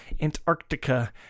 Antarctica